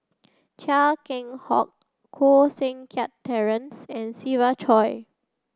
Chia Keng Hock Koh Seng Kiat Terence and Siva Choy